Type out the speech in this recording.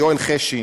יואל חשין,